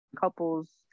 couples